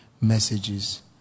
messages